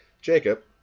Jacob